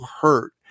hurt